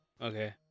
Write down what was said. okay